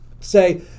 say